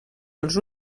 els